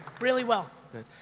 really well. good.